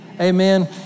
Amen